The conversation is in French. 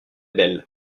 belle